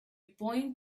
point